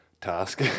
task